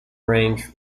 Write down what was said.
range